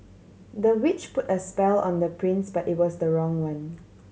the witch put a spell on the prince but it was the wrong one